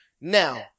now